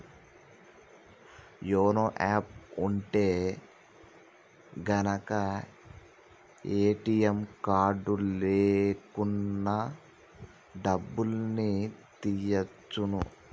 YONO app ఉంటె గనక ATM card లేకున్నా డబ్బుల్ని తియ్యచ్చును